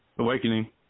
Awakening